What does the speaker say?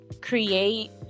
create